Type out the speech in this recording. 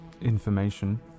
information